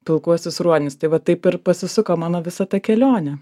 pilkuosius ruonius tai va taip ir pasisuko mano visa ta kelionė